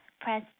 Press